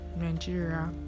Nigeria